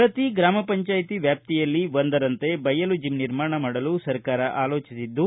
ಪ್ರತಿ ಗ್ರಾಮಪಂಚಾಯ್ತ ವ್ಯಾಪ್ತಿಯಲ್ಲಿ ಒಂದರಂತೆ ಬಯಲು ಜಿಮ್ ನಿರ್ಮಾಣ ಮಾಡಲು ಸರ್ಕಾರ ಆಲೋಟಿಸಿದ್ದು